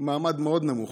הוא מעמד מאוד נמוך.